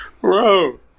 Bro